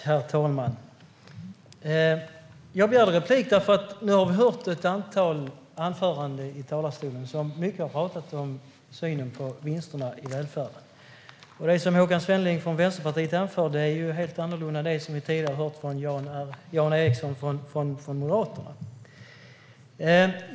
Herr talman! Jag begärde replik eftersom vi nu har hört ett antal anföranden som har handlat mycket om synen på vinsterna i välfärden. Det som Håkan Svenneling från Vänsterpartiet anför är helt annorlunda än det som vi tidigare har hört från Jan Ericson från Moderaterna.